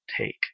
take